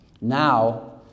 now